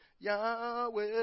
Yahweh